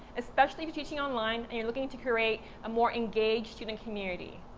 especially for teaching online. and you're looking to create a more engaged student community.